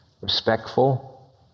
respectful